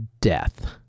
death